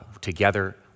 together